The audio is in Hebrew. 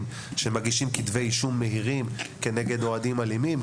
שמגישים כתבי אישום מהירים כנגד אוהדים אלימים,